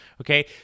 okay